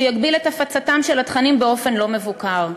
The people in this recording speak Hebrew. שיגביל את הפצתם של התכנים באופן לא מבוקר.